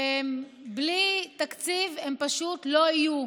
ובלי תקציב הם פשוט לא יהיו.